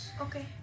Okay